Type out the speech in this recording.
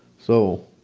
so,